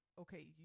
okay